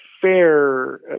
fair